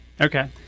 Okay